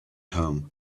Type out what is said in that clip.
home